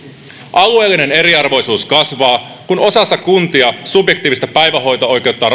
alueellinen eriarvoisuus kasvaa kun osassa kuntia subjektiivista päivähoito oikeutta